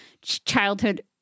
childhood